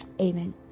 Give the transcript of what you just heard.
Amen